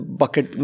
bucket